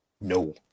No